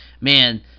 man